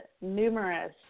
numerous